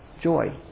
joy